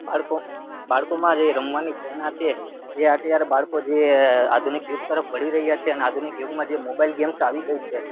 બાળકો બાળકોમાં જે રમવાની પ્રેરણા છે એ અત્યારે બાળકો જે આધુનિક યુગ તરફ વળી રહ્યાં છે અને આધુનિક યુગમાં જે મોબાઈલ ગેમ્સ આવી ગઈ છે